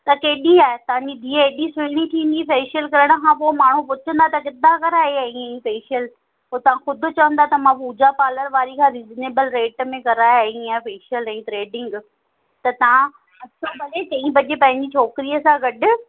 त केॾी आहे तव्हां जी धीअ हेॾी सुहिणी थींदी फेशियल करण खां पोइ माण्हू पुछंदा कि किथां कराए आई ए फेशियल पोइ तव्हां ख़ुदि चवंदा त मां पूजा पालर वारी खां रिज़नेबल रेट में कराए आई आहे फेशियल ऐं थ्रेडिंग त तव्हां अचो भले चईं बजे पंहिंजी छोकिरीअ सां गॾु